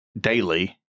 daily